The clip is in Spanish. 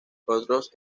otros